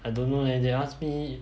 I don't know leh they ask me